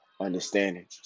Understanding